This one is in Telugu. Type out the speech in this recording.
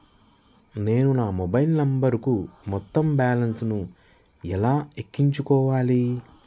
నేను నా మొబైల్ నంబరుకు మొత్తం బాలన్స్ ను ఎలా ఎక్కించుకోవాలి?